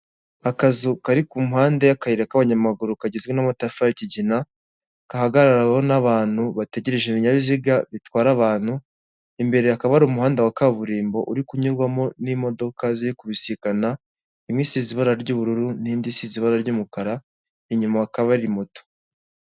Akazu kari ku mpande y'akayira k'abanyamaguru kagizwe n'amatafari y'kigina, gahagaraweho n'abantu bategereje ibinyabiziga bitwara abantu, imbere hakaba hari umuhanda wa kaburimbo uri kunyurwamo n'imodoka ziri kubisikana, imwe isize ibara ry'ubururu n'indi isize ibara ry'umukara inyuma hakaba hari moto.